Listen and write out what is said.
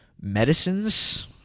medicines